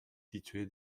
située